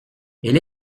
elle